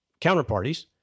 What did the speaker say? counterparties